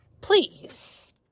please